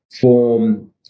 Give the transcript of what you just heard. form